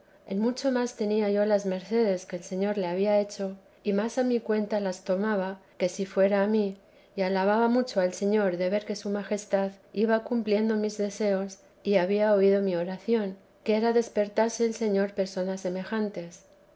en mucho más tenía yo las mercedes que el señor le había hecho y más a mi cuenta las tomaba que si fuera a mí y alababa mucho al señor de ver que su majestad iba cumpliendo mis deseos y había oído mi oración que era despertase el señor personas semejantes